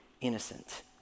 innocent